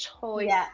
choice